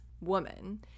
woman